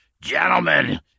Gentlemen